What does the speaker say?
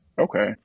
okay